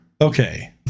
Okay